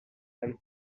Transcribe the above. and